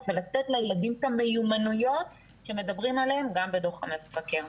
ולתת לילדים את המיומנויות שמדברים עליהן גם בדוח המבקר.